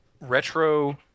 retro